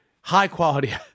high-quality